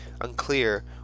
unclear